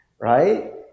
right